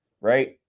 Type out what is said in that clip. Right